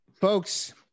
folks